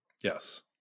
Yes